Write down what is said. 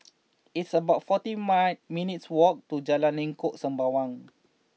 It's about forty nine minutes' walk to Jalan Lengkok Sembawang